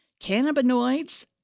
cannabinoids